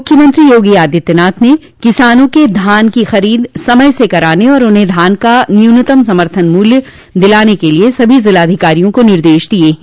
मुख्यमंत्री योगी आदित्यनाथ ने किसानों के धान की खरीद समय से कराने और उन्हें धान का न्यूनतम समर्थन मूल्य दिलाने के लिए सभी जिलाधिकारियों को निर्देश दिये हैं